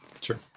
Sure